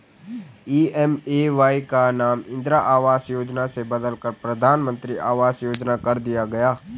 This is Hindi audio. पी.एम.ए.वाई का नाम इंदिरा आवास योजना से बदलकर प्रधानमंत्री आवास योजना कर दिया गया